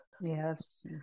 yes